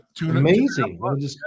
Amazing